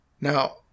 Now